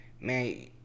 man